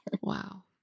Wow